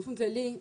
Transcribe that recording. באופן כללי,